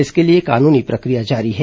इसके लिए कानूनी प्रक्रिया जारी है